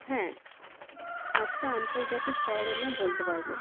হ্যাঁ পাঁচটা আন্তর্জাতিক শহরের নাম বলতে পারব